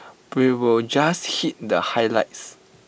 we will just hit the highlights